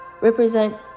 represent